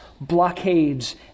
blockades